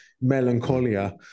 melancholia